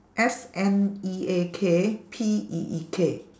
S N E A K P E E K